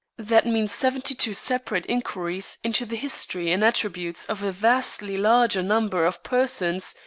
that means seventy-two separate inquiries into the history and attributes of a vastly larger number of persons,